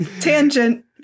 tangent